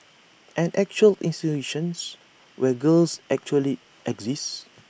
an actual institutions where girls actually exist